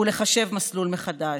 ולחשב מסלול מחדש.